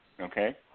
okay